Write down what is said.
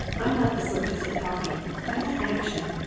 i'm not the sort to sit talking i want action!